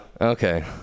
Okay